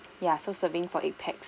ya so serving for eight pax